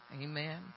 Amen